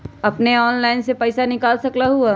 अपने ऑनलाइन से पईसा निकाल सकलहु ह?